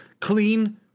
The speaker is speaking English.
clean